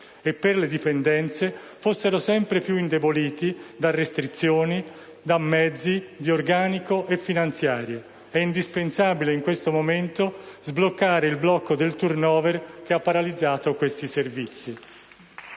e alle dipendenze, fossero sempre più indeboliti da restrizioni di mezzi, di organico e finanziarie. È dunque indispensabile in questo momento sbloccare il blocco del *turnover* che ha paralizzato questi servizi.